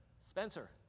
Spencer